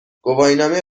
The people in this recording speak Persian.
گواهینامه